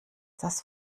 das